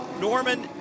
Norman